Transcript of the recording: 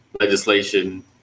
legislation